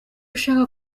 ushaka